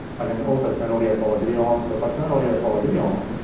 i can also turn audio follow video on, so if i turn audio follow video on,